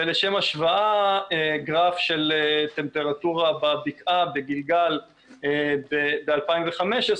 לשם השוואה, גרף של טמפרטורה בבקעה, בגלגל ב-2015,